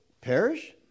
perish